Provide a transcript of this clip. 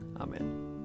Amen